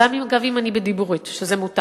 אגב, גם אם אני מדברת בדיבורית, שזה מותר.